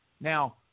Now